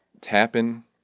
tapping